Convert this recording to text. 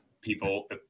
people